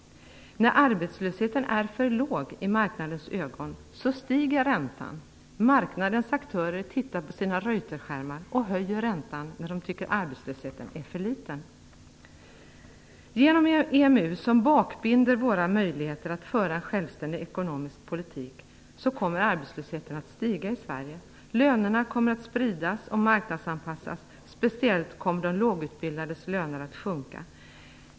När arbetslösheten är för låg i marknadens ögon stiger räntan. Marknadens aktörer tittar på sina reuterskärmar och höjer räntan när de tycker att arbetslösheten är för liten. Genom EMU, som bakbinder våra möjligheter att föra en självständig ekonomisk politik, kommer arbetslösheten att stiga i Sverige. Lönerna kommer att spridas och marknadsanpassas. Speciellt kommer de lågutbildades löner att sjunka.